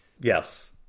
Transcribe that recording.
Yes